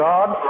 God